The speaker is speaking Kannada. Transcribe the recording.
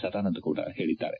ಸದಾನಂದ ಗೌಡ ಹೇಳಿದ್ದಾರೆ